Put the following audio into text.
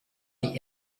die